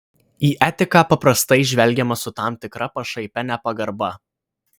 į etiką paprastai žvelgiama su tam tikra pašaipia nepagarba